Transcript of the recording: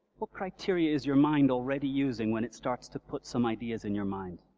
what criteria is your mind already using when it starts to put some ideas in your mind?